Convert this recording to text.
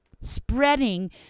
spreading